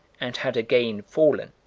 and had again fallen.